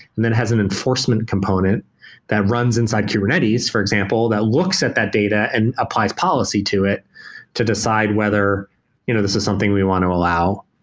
and then it has an enforcement component that runs inside kubernetes, for example, that looks at that data and applies policy to it to decide whether you know this is something we want to allow.